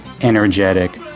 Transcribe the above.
energetic